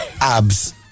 Abs